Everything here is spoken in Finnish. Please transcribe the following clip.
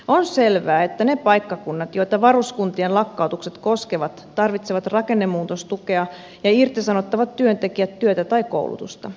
on selvää että ne paikkakunnat joita varuskuntien lakkautukset koskevat tarvitsevat rakennemuutostukea ja irtisanottavat työntekijät työtä tai koulutusta